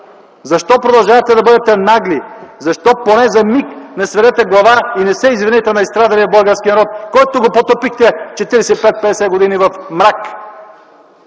Защо продължавате да бъдете нагли? Защо поне за миг не сведете глава и не се извините на изстрадалия български народ, който потопихте 45-50 години в мрак,